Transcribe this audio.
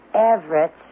Everett